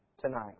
tonight